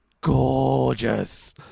gorgeous